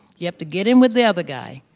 you have to get in with the other guy,